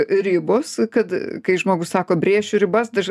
ribos kad kai žmogus sako brėšiu ribas daž